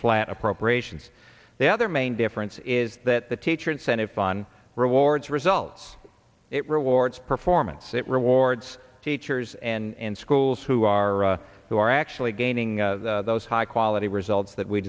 flat appropriations the other main difference is that the teacher incentive fun rewards results it rewards performance it rewards teachers and schools who are who are actually gaining those high quality results that we